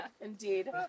Indeed